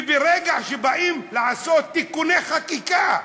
וברגע שבאים לעשות תיקוני חקיקה,